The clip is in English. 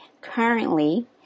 currently